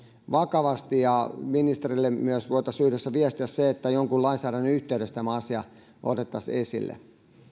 vakavasti ja myös ministerille voitaisiin yhdessä viestiä se että jonkun lainsäädännön yhteydessä tämä asia otettaisiin esille